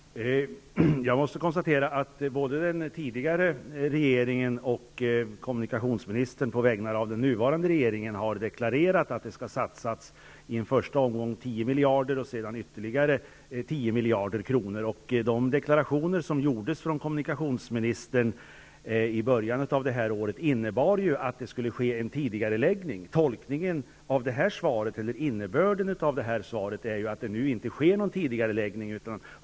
Herr talman! Jag måste konstatera att både den tidigare regeringen och kommunikationsministern i den nuvarande regeringen har deklarerat att det i en första omgång skall satsas 10 miljarder kronor och sedan ytterligare 10 miljarder. De deklarationer som gjordes av kommunikationsministern i början av detta år innebar ju att det skulle ske en tidigareläggning. Men det här svaret innebär ju att det inte sker någon tidigareläggning.